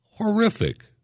Horrific